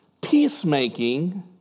Peacemaking